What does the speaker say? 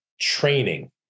training